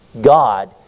God